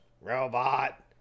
robot